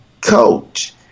coach